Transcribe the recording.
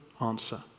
answer